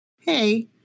Hey